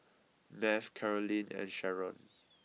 Math Carolyne and Sherron